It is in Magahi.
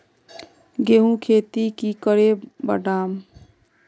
गेंहू खेती की करे बढ़ाम?